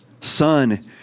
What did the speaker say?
son